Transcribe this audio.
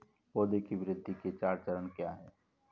पौधे की वृद्धि के चार चरण क्या हैं?